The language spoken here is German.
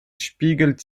spiegelt